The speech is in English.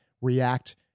react